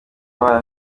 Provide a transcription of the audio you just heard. abana